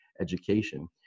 education